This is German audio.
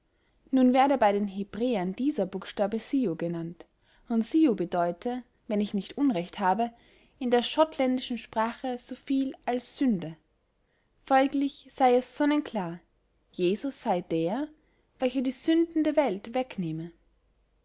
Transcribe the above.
nun werde bey den hebräern dieser buchstabe syu genannt und syu bedeute wenn ich nicht unrecht habe in der schottländischen sprache so viel als sünde folglich sey es sonnenklar jesus sey der welcher die sünden der welt wegnehme